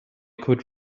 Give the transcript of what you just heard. could